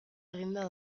eginda